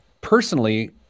personally